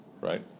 right